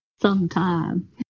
sometime